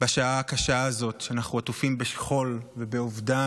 בשעה הקשה הזאת, כשאנחנו עטופים בשכול ובאובדן